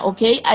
Okay